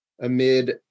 amid